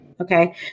Okay